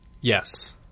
Yes